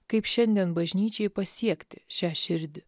kaip šiandien bažnyčiai pasiekti šią širdį